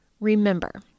Remember